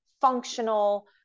functional